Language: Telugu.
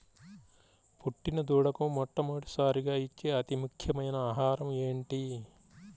పుట్టిన దూడకు మొట్టమొదటిసారిగా ఇచ్చే అతి ముఖ్యమైన ఆహారము ఏంటి?